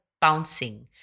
bouncing